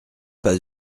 pas